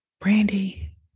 Brandy